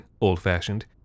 old-fashioned